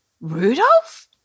Rudolph